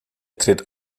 tritt